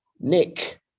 Nick